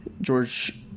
george